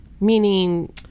Meaning